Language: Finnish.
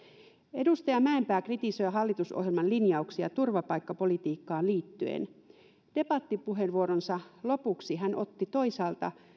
edustaja mäenpää kritisoi hallitusohjelman linjauksia turvapaikkapolitiikkaan liittyen debattipuheenvuoronsa lopuksi hän otti toisaalta